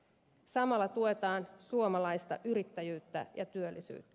samalla tuetaan suomalaista yrittäjyyttä ja työllisyyttä